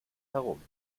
herum